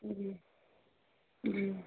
جی جی